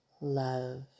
love